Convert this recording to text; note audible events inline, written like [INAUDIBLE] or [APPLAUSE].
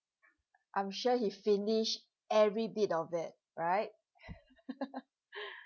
I'm sure he finish every bit of it right [LAUGHS]